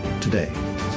today